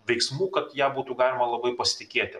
veiksmų kad ja būtų galima labai pasitikėti